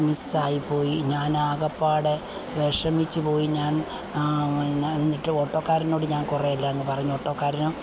miss ആയിപ്പോയി ഞാൻ ആകപ്പാടെ വിഷമിച്ച് പോയി ഞാൻ എന്നിട്ട് ഓട്ടോക്കാരനോട് ഞാൻ കുറേയെല്ലാം അങ്ങ് പറഞ്ഞു കേട്ടോ കാരണം